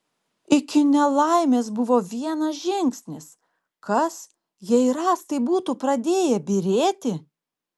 iki nelaimės buvo vienas žingsnis kas jei rąstai būtų pradėję byrėti